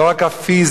לא רק הפיזי,